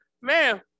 Man